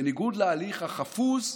בניגוד להליך החפוז,